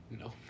No